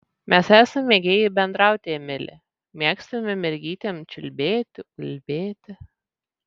mes esam mėgėjai bendrauti emili mėgstame mergytėm čiulbėti ulbėti